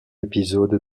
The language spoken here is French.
épisode